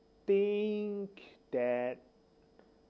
think that